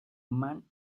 man